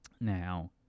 Now